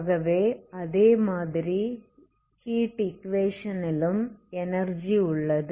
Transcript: ஆகவே அதே மாதிரி ஹீட் ஈக்குவேஷனலிலும் எனர்ஜி உள்ளது